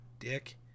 Dick